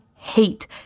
Hate